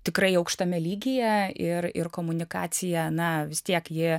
tikrai aukštame lygyje ir ir komunikacija na vis tiek ji